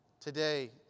Today